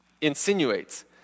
insinuates